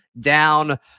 down